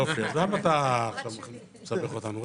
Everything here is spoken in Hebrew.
יופי, אז למה אתה מסבך אותנו עכשיו?